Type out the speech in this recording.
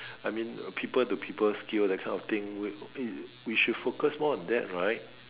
I mean people to people skills we we we should focus more on that right